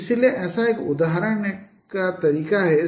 इसलिए ऐसा एक उदाहरण एक ऐसा तरीका हो सकता है